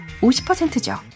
50%죠